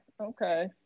okay